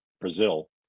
brazil